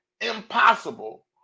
impossible